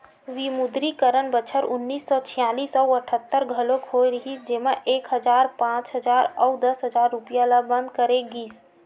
विमुद्रीकरन बछर उन्नीस सौ छियालिस अउ अठत्तर घलोक होय रिहिस जेमा एक हजार, पांच हजार अउ दस हजार रूपिया ल बंद करे गिस